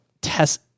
test